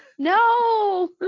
No